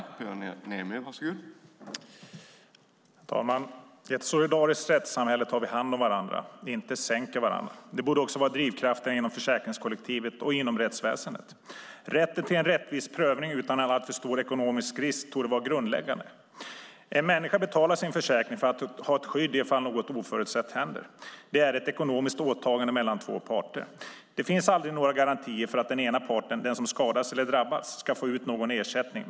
Herr talman! I ett solidariskt rättssamhälle tar vi hand om varandra. Vi sänker inte varandra. Det borde också vara drivkrafterna inom försäkringskollektivet och inom rättsväsendet. Rätten till en rättvis prövning utan alltför stor ekonomisk risk torde vara grundläggande. En människa betalar sin försäkring för att ha ett skydd i fall något oförutsett händer. Det är ett ekonomiskt åtagande mellan två parter. Det finns aldrig några garantier för att den ena parten, den som skadats eller drabbats, ska få ut någon ersättning.